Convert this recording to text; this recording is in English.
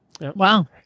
wow